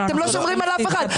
אתם לא שומרים על אף אחד.